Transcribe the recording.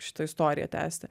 šitą istoriją tęsti